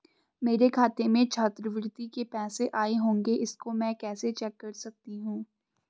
मेरे खाते में छात्रवृत्ति के पैसे आए होंगे इसको मैं कैसे चेक कर सकती हूँ?